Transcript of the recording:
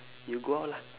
you go out lah